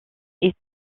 est